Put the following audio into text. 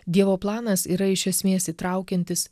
dievo planas yra iš esmės įtraukiantis